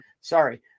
Sorry